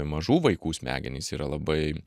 mažų vaikų smegenys yra labai